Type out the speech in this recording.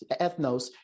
ethnos